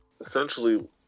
Essentially